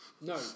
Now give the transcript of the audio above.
No